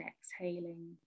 exhaling